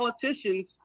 Politicians